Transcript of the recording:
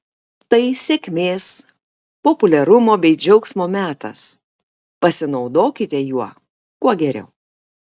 tai sėkmės populiarumo bei džiaugsmo metas pasinaudokite juo kuo geriau